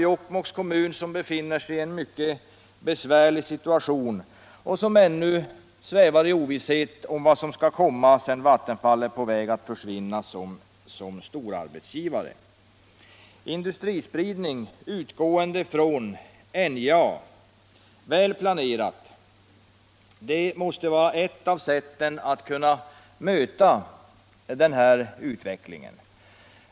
Jokkmokks kommun befinner sig i en mycket besvärlig situation och svävar ännu i ovisshet om vad som skall komma, eftersom Vattenfall är på väg att försvinna som storarbetsgivare. Industrispridning utgående från NJA, väl planerad, måste vara ett sätt att möta denna utveckling.